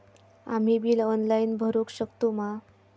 आम्ही bill online भरुक शकतू मा?